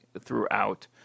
throughout